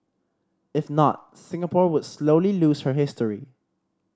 if not Singapore would slowly lose her history